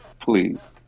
please